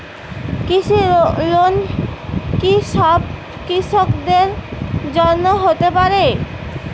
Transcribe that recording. কৃষি লোন কি সব কৃষকদের জন্য হতে পারে?